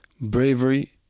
bravery